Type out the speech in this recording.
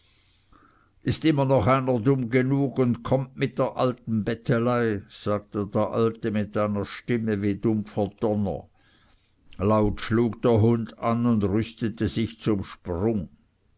ist immer noch einer dumm genug und kommt mit der alten bettelei sagte der alte mit einer stimme wie dumpfer donner laut schlug der hund an und rüstete sich zum sprung